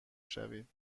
شوید